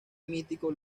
mítico